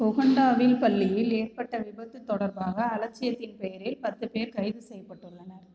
உகாண்டாவில் பள்ளியில் ஏற்பட்ட விபத்து தொடர்பாக அலட்சியத்தின் பெயரில் பத்து பேர் கைது செய்யப்பட்டுள்ளனர்